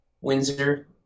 Windsor